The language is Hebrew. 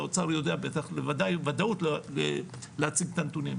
והאוצר יודע בטח בוודאי ובוודאות להציג את הנתונים,